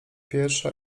pierwsza